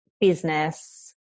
business